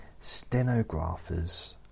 Stenographers